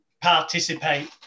participate